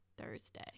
Thursday